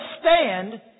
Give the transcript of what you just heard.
stand